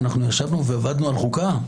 ישבנו ועבדנו על חוקה.